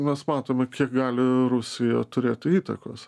mes matome kiek gali rusija turėtų įtakos